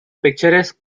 picturesque